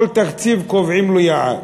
כל תקציב, קובעים לו יעד.